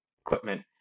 equipment